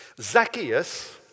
Zacchaeus